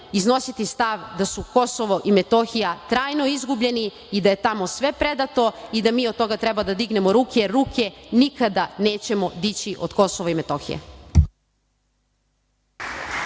iznositi stav da su KiM trajno izgubljeni i da je tamo sve predato i da mi od toga treba da dignemo ruke. Ruke nikada nećemo dići od KiM.